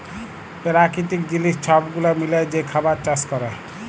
পেরাকিতিক জিলিস ছব গুলা মিলায় যে খাবার চাষ ক্যরে